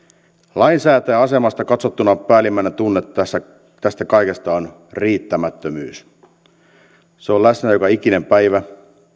lainsäätäjän asemasta katsottuna päällimmäinen tunne tästä kaikesta on riittämättömyys se on läsnä joka ikinen päivä